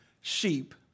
sheep